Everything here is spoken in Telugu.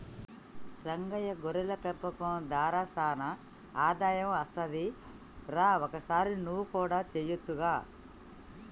రంగయ్య గొర్రెల పెంపకం దార సానా ఆదాయం అస్తది రా ఒకసారి నువ్వు కూడా సెయొచ్చుగా